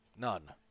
none